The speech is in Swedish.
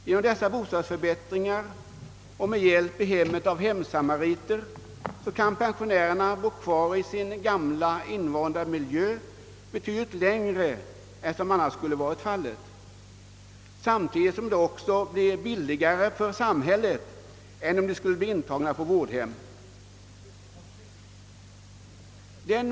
Genom dessa bostadsförbättringar och med hjälp i hemmet av hemsamariter kan pensionärerna bo kvar i sin gamla invanda miljö betydligt längre än som annars skulle varit möjligt. Samtidigt får samhället lägre kostnader än om pensionärerna skulle bli intagna på vårdhem.